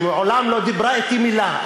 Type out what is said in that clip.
שמעולם לא דיברה אתי מילה,